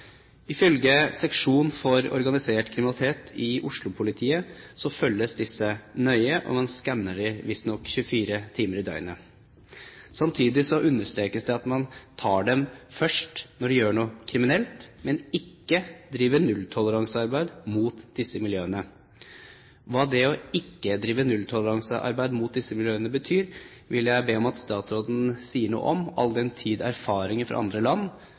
Ifølge seksjon for organisert kriminalitet i oslopolitiet følges disse nøye, og man skanner dem visstnok 24 timer i døgnet. Samtidig understrekes det at man tar dem først når de gjør noe kriminelt, men ikke driver nulltoleransearbeid mot disse miljøene. Hva det ikke å drive nulltoleransearbeid mot disse miljøene betyr, vil jeg be statsråden si noe om, all den tid erfaringer fra andre land,